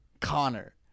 Connor